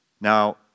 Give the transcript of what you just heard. Now